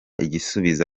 igisubizo